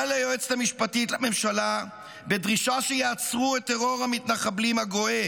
וליועצת המשפטית לממשלה בדרישה שיעצרו את טרור המתנחבלים הגואה.